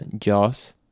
Jaws